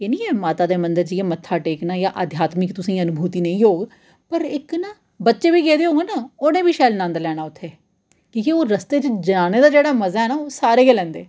एह् निं ऐ माता दे मंदर जेइयै मत्था टेकना जां अध्यामिक तुसेंई अनुभूति नेईं होग पर इक न बच्चे बी गेदे होङन उनें बी शैल नंद लैना उत्थै कि के ओह् रस्ते च जाने दा जेह्ड़ा मजा ऐ न ओह् सारे गै लैंदे